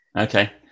Okay